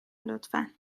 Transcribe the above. لطفا